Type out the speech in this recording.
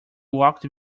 walked